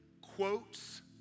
quotes